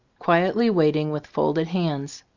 quietly waiting with folded hands.